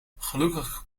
gelukkig